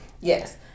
Yes